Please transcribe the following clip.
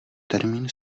termín